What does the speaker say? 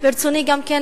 ברצוני גם כן